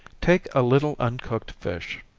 take a little uncooked fish,